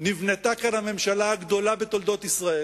נבנתה כאן הממשלה הגדולה בתולדות ישראל,